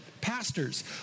pastors